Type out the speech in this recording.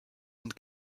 und